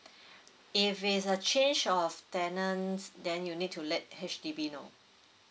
if it's a change of tenant then you need to let H_D_B know